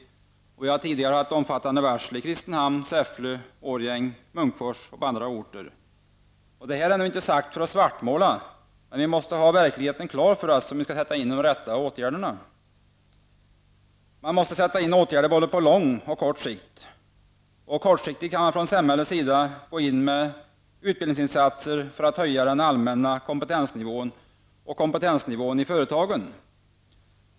Vi har tidigare haft omfattande varsel i Kristinehamn, Säffle, Årjäng, Munkfors och andra orter. Detta nu inte sagt för att svartmåla, men vi måste ha verkligheten klar för oss om vi skall kunna sätta in de rätta åtgärderna. Man måste sätta in åtgärder på både lång och kort sikt. Kortsiktigt kan man från samhällets sida gå in med utbildningsinsatser för att höja den allmänna kompetensnivån och kompetensnivån i företagen.